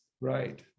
Right